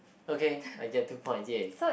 okay I get two points !yay!